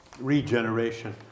regeneration